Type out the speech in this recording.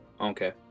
Okay